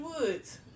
Woods